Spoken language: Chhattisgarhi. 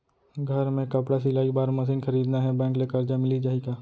घर मे कपड़ा सिलाई बार मशीन खरीदना हे बैंक ले करजा मिलिस जाही का?